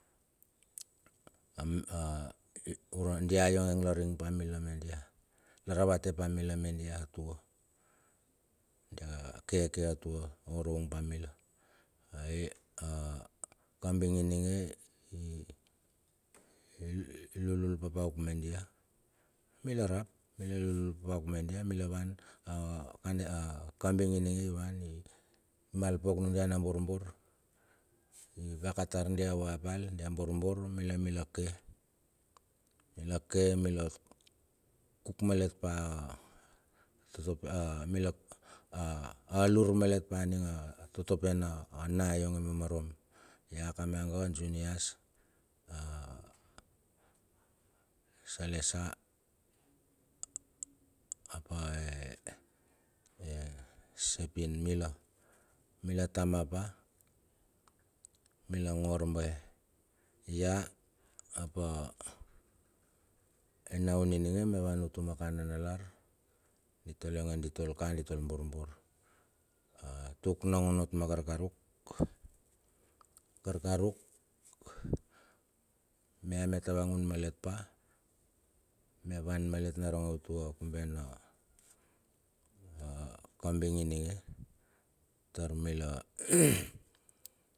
A dia ionge la ring pa mila me dia, la ravate pa mila me dia atua, dia keke atua oroung pa mila. Ai a kambing ininge i lulul papauk me dia, mila rap mila lului papauk me dia mila wan, a kambing ininge i van imal tar anudia na borbor ivaka tar dia vua pal, dia borbor. Mila mila ke. mila ke mila kuk, malet pa a alur malet pa a ning a totopen na nah ionge ma marom. Ia kamaga junias, a esalesa apa, e sepin mila. Mila tama pa mila ngo arbae, ia ap enaun mia mia van utumaka nanalar, ditol ionge ditol ka ditol borbor a tuk nangot ma karkaruk. Karkaruk, mea mea tavangun malet pa, mea van malet naronge utua kube na kabing ininge tar mila.